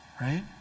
right